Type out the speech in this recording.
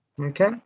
okay